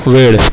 वेळ